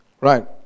Right